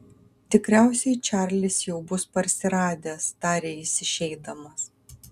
tikriausiai čarlis jau bus parsiradęs tarė jis išeidamas